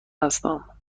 هستم